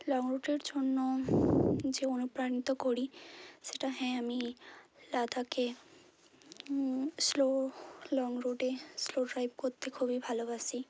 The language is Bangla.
লং রুটের জন্য যে অনুপ্রাণিত করি সেটা হ্যাঁ আমি লাদাখে স্লো লং রুটে স্লো ড্রাইভ করতে খুবই ভালোবাসি